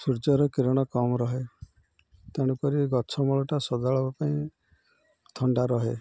ସୂର୍ଯ୍ୟର କିରଣ କମ୍ ରହେ ତେଣୁକରି ଗଛମୂଳଟା ସନ୍ଧ୍ୟାବେଳ ପାଇଁ ଥଣ୍ଡା ରହେ